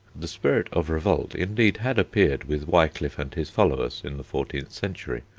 the spirit of revolt indeed had appeared with wiclif and his followers in the fourteenth century,